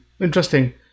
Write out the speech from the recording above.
Interesting